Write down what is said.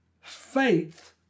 faith